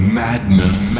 madness